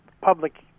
public